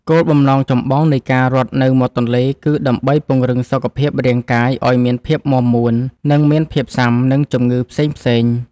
គោលបំណងចម្បងនៃការរត់នៅមាត់ទន្លេគឺដើម្បីពង្រឹងសុខភាពរាងកាយឱ្យមានភាពមាំមួន និងមានភាពស៊ាំនឹងជំងឺផ្សេងៗ។